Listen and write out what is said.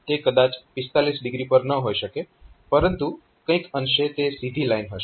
તે કદાચ 45 ડિગ્રી પર ન હોઈ શકે પરંતુ કંઈક અંશે તે સીધી લાઈન હશે